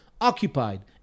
occupied